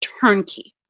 turnkey